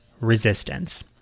resistance